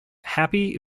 happy